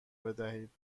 بدهید